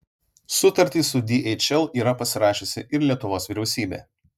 sutartį su dhl yra pasirašiusi ir lietuvos vyriausybė